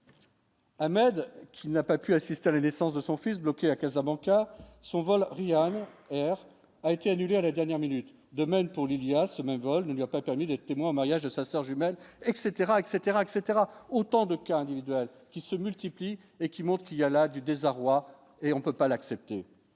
Ahmed, qui n'a pas pu assister à la naissance de son fils, bloqués à. Sa banque à son volant, Ryan Air a été annulée à la dernière minute, de même pour l'il y a ce même vol ne lui a pas permis d'être témoin au mariage. Sa soeur jumelle, etc, etc, etc autant de cas individuels qui se multiplient et qui monte, il y a là du désarroi et on ne peut pas l'accepter